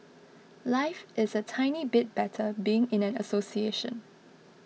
life is a tiny bit better being in an association